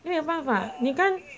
没有办法你看